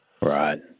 Right